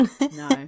no